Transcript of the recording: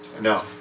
No